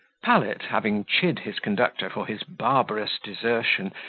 pallet, having chid his conductor for his barbarous desertion,